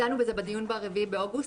דנו בזה בדיון ב-4 באוגוסט,